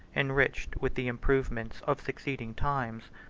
enriched with the improvements of succeeding times,